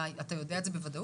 אתה יודע את זה בוודאות?